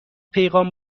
پیغام